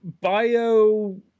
bio